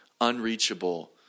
unreachable